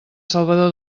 salvador